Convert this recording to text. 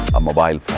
a mobile